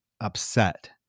upset